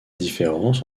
différence